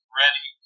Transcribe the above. ready